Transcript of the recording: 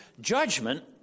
judgment